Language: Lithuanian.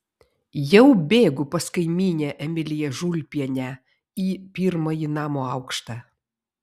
jau bėgu pas kaimynę emiliją žulpienę į pirmąjį namo aukštą